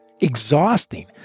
exhausting